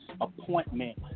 appointment